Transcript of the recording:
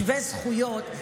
שווי זכויות,